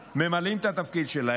ממלאים את התפקיד שלהם,